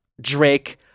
Drake